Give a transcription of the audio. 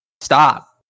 Stop